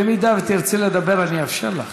אם תרצי לדבר אני אאפשר לך.